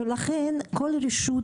לכן, כל רשות